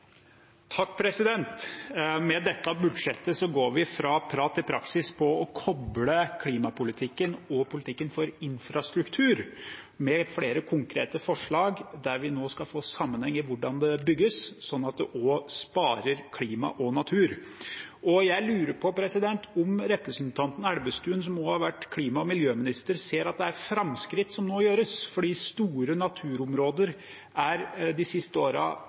Med dette budsjettet går vi fra prat til praksis når det gjelder å koble klimapolitikken og politikken for infrastruktur, med flere konkrete forslag der vi nå skal vi få sammenheng i hvordan det bygges, sånn at det også sparer klima og natur. Jeg lurer på om representanten Elvestuen, som har vært klima- og miljøminister, ser at det som gjøres nå, er framskritt? Store naturområder har de siste